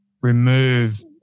remove